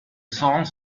songs